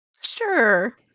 Sure